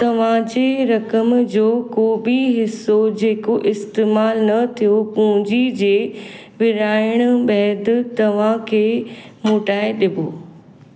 तव्हांजे रक़म जो को बि हिसो जेको इस्तेमालु न थियो पूंजी जे विरिहाइणु बैदि तव्हांखे मोटाए ॾिबो